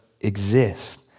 exist